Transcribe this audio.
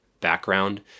background